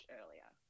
earlier